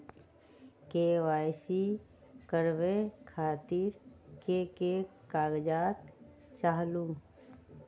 KYC करवे खातीर के के कागजात चाहलु?